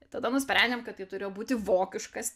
tada nusprendėm kad tai turėjo būti vokiškas